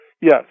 Yes